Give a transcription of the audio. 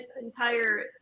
entire